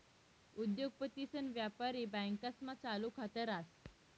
उद्योगपतीसन व्यापारी बँकास्मा चालू खात रास